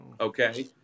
Okay